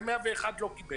ו-101 לא קיבל.